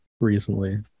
recently